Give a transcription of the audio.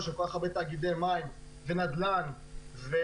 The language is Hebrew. של כל כך הרבה תאגידי מים סמוכים הם לא